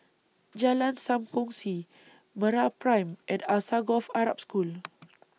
Jalan SAM Kongsi Mera Prime and Alsagoff Arab School